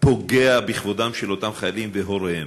פוגע בכבודם של אותם חיילים והוריהם.